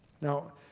Now